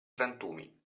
frantumi